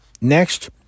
next